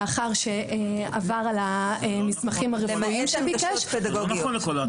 לאחר שעבר על המסמכים הרפואיים שהוא ביקש --- למעט הנגשות פדגוגיות.